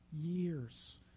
years